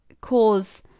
cause